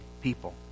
people